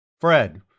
Fred